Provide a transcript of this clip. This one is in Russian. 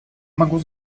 могу